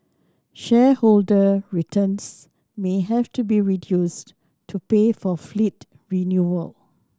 shareholder returns may have to be reduced to pay for fleet renewal